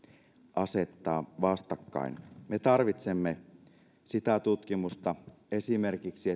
asettaa vastakkain me tarvitsemme tutkimusta esimerkiksi